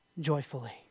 joyfully